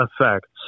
effects